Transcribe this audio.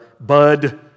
bud